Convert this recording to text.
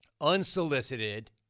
Unsolicited